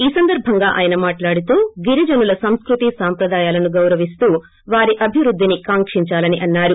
ఈ సందర్బంగా ఆయన మాట్లడుతూ గిరిజనుల సంస్పృతీ సంప్రదాయాలను గౌరవిస్తూ వారి అభివృద్దిని కాంకించాలని అన్నారు